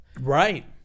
Right